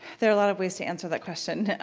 there are a lot of ways to answer that question,